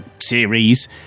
series